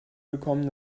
gekommen